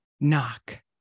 knock